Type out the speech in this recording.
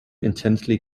intensely